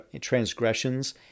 transgressions